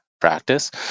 practice